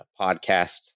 podcast